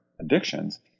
addictions